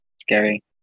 scary